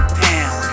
pound